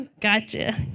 Gotcha